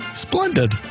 Splendid